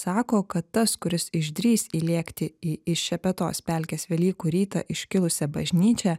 sako kad tas kuris išdrįs įlėkti į į šepetos pelkės velykų rytą iškilusią bažnyčią